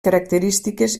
característiques